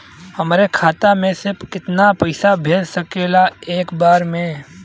हमरे खाता में से कितना पईसा भेज सकेला एक बार में?